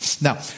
Now